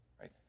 right